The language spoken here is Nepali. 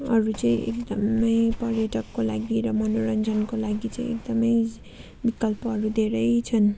अरू चाहिँ एकदमै पर्यटकको लागि र मनोरञ्जनको लागि चाहिँ एकदमै विकल्पहरू धेरै छन्